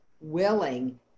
willing